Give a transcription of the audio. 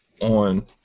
on